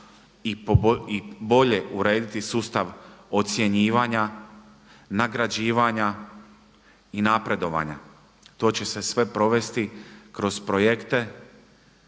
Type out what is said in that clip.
i bolje urediti sustav ocjenjivanja, nagrađivanja i napredovanja. To će se sve provesti kroz projekte